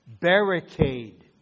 barricade